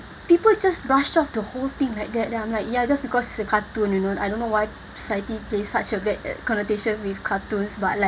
people just brushed off the whole thing like that then I'm like ya just because it's a cartoon you know I don't know why society play such a big connotation with cartoons but like